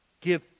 Give